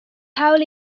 hawl